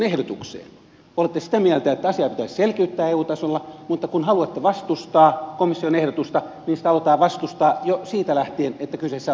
olette sitä mieltä että asiaa pitäisi selkiyttää eu tasolla mutta kun haluatte vastustaa komission ehdotusta niin sitä aletaan vastustaa jo siitä lähtien että kyseessä on toissijaisuusperiaate